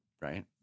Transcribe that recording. right